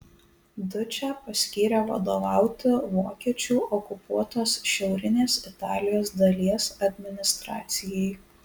dučę paskyrė vadovauti vokiečių okupuotos šiaurinės italijos dalies administracijai